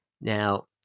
Now